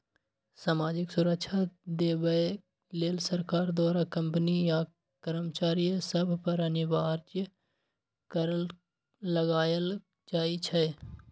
सामाजिक सुरक्षा देबऐ लेल सरकार द्वारा कंपनी आ कर्मचारिय सभ पर अनिवार्ज कर लगायल जाइ छइ